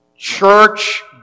Church